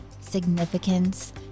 significance